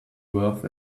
worth